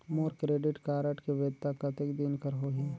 मोर credit card के वैधता कतेक दिन कर होही?